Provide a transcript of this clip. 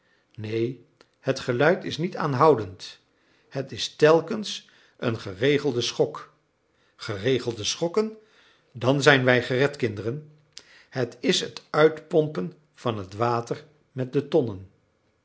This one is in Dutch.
neen het geluid is niet aanhoudend het is telkens een geregelde schok geregelde schokken dan zijn wij gered kinderen het is het uitpompen van het water met de tonnen